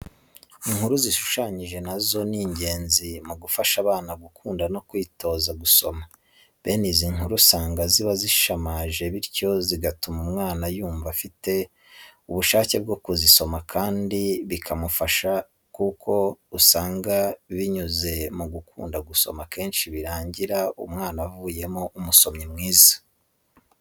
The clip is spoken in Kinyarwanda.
Inkuru zishushanije na zo ni ingenzi mu gufasha abana gukunda no kwitoza gusoma. Bene izi nkuru usanga ziba zishamaje bityo bigatuma umwana yumva afite ubushake byo kuzisoma kandi bikamufasha kuko usanga binyuze mu gukunda gusoma kenshi birangira umwana avuyemo umusomyi mwiza.